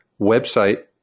website